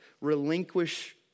relinquish